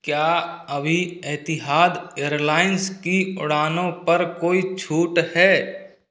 क्या अभी Etihad airlines की उड़ानों पर कोई छूट है